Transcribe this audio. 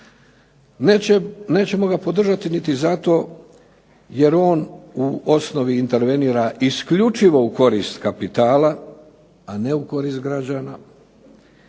Nećemo ga podržati niti zato jer on u osnovi intervenira isključivo u korist kapitala, a ne u korist građana.